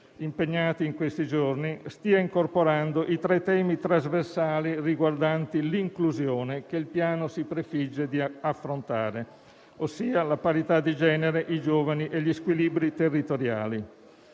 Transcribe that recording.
impegnati in questi giorni, stia incorporando i tre temi trasversali riguardanti l'inclusione che il Piano si prefigge di affrontare: la parità di genere, i giovani e gli squilibri territoriali.